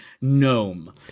gnome